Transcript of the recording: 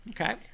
Okay